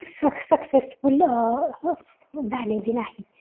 स सक्सेसफुल झालेली नाही